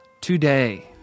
today